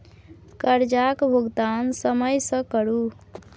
करजाक भूगतान समय सँ करु